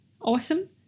awesome